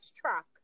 truck